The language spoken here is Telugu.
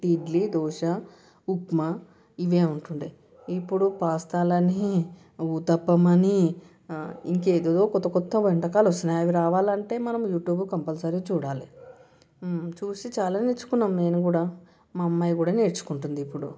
ఇడ్లీ దోస ఉప్మా ఇవే ఉంటు ఉండే ఇప్పుడు పాస్తాలని ఊతప్పం అని ఇంకా ఏదేదో కొత్త కొత్త వంటకాలు వస్తున్నాయి అవి రావాలంటే మనం యూట్యూబ్ కంపల్సరి చూడాలి చూసి చాలా నేర్చుకున్నాం నేను కూడా మా అమ్మాయి కూడా నేర్చుకుంటుంది ఇప్పుడు